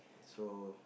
so